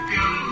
go